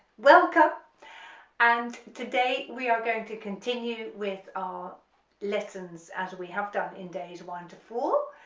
welcome and today we are going to continue with our lessons as we have done in days one to four,